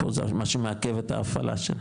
פה זה מה שמעכב את ההפעלה שלה.